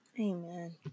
amen